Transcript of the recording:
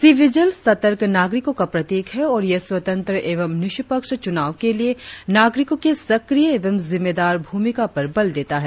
सी vigil सतर्क नागरिकों का प्रतीक है और ये स्वंतत्र एवं निष्पक्ष चूनाव के लिए नागरिकों के सक्रिय एवं जिम्मेदार भूमिका पर बल देता है